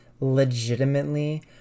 Legitimately